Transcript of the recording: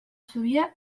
zubia